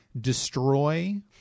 destroy